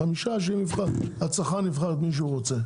חמישה שמהם הצרכן יבחר את מי שהוא רוצה.